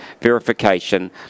verification